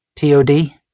TOD